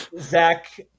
Zach